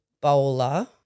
bowler